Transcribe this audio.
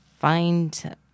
find